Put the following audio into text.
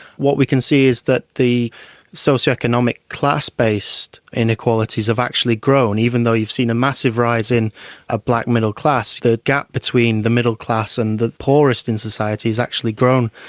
what we can see is the socio-economic class-based inequalities have actually grown. even though you've seen a massive rise in a black middle class, the gap between the middle class and the poorest in society has actually grown.